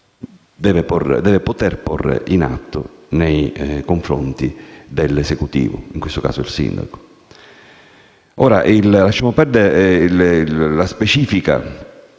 deve poter porre in atto nei confronti dell'Esecutivo, in questo caso il sindaco. Sorvolando ora sul caso specifico